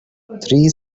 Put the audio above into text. three